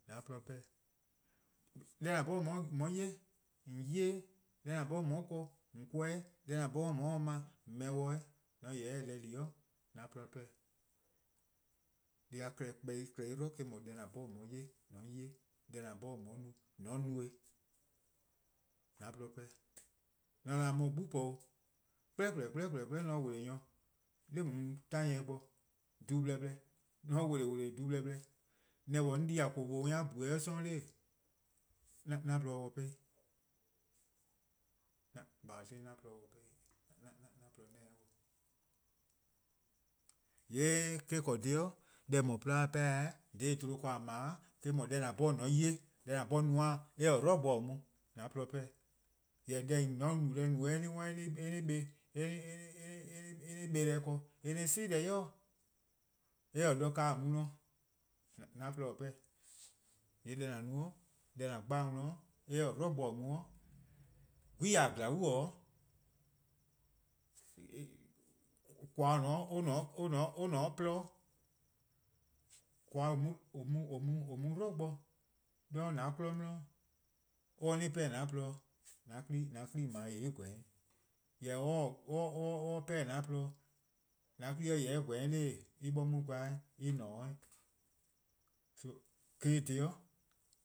:Yee' :an :porluh 'pehn-dih. Deh :an 'bhorn :on 'ye-a 'ye :on 'ye-eh, deh :an 'bhorn :o n 'ye-a :korn :on korn-eh, deh :an 'bhorn :on 'ye-a 'ble :on 'ble-eh. :yee' :an :yeh se deh di :an :porluh 'pehn-dih. Deh+-a klehkpeh eh 'dlu eh-: 'dhu 'deh :an 'bhorn on 'ye-a 'ye :mor :on 'ye-eh, deh :an 'bhorn :on 'ye-a no :mor :o n no-eh, :an :porluh 'pehn-dih. 'kpleh :kpleh 'kpleh :mor 'on wele: nyor 'de nae' 'torn-ni bo du-bleh bleh, :mor on 'wele: :weleee: du-bleh bleh, neh :mor 'on di :koo:-pani+-a :bhue' 'yor 'sororn' 'dee:, 'an :porluh :se-dih 'prhn 'i :gba :gba klehkpeh klehkpeh 'an :porluh :se-dih 'pehn 'i. 'an :porluh-a 'neneh 'de dih. :yee' eh-: :korn dhih-' deh :eh 'dhu-a :porluh-a dih 'pehn-a' dha 'bluhb a ken :a 'ble-a' eh 'dhu, deh :an 'bhorn-a "mor :on 'ye-eh, deh :an 'bhorn :on 'ye-a no :mor eh :taa 'dlu bo mu, :yee 'an :;porluh 'pehn-dih. Jorwor: :mor :on no deh :nooo: eh-a 'worn eh 'kpa deh ken, eh-a 'si deh 'i, eh :taa de-ka mu :an-a' :porluh-a 'pehn-dih. :yee' deh :an no-a, deh :an dhele-a-dih :mor eh :taa 'dlu bo mu 'geie:-: :glaa'e:-: :koan: :dao or :ne 'de :poprluh bo. :koan: :or mu-a 'dlu bo 'de :an-a' 'kmo 'di, :mor or-' 'pehn-dih :an-a' :porluh-dih, :an 'kpa+ :on 'ble-a :yee' en :gweh 'de 'weh. Jorwor: :mor or 'pehn-dih :an-a' :porluh-dih, :mor :an-a' 'kpa+ :yeh :gweh 'de 'dee: en 'bor 'de :gweh-a 'weh en :ne 'de 'weh. eh-' dhih,